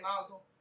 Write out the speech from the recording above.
nozzle